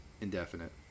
indefinite